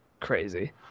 Crazy